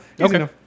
Okay